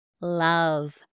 love